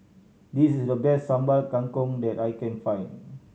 this is the best Sambal Kangkong that I can find